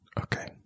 Okay